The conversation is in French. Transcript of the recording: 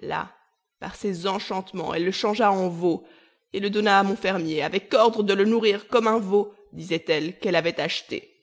là par ses enchantements elle le changea en veau et le donna à mon fermier avec ordre de le nourrir comme un veau disait-elle qu'elle avait acheté